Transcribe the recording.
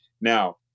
Now